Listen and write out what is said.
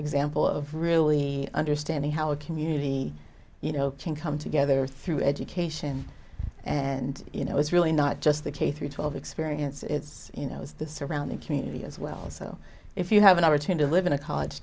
example of really understanding how a community you know can come together through education and you know it's really not just the k through twelve experience it's you know it's the surrounding community as well so if you have an hour trying to live in a college